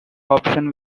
option